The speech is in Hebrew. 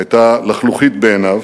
היתה לחלוחית בעיניו,